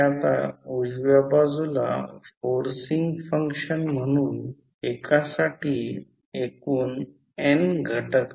तर अशा प्रकारे याचा अर्थ करंट i1 i2 डॉटमध्ये प्रवेश करत आहे आणि हा करंट i2 आपण असा घेतला आहे